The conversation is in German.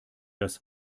das